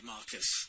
Marcus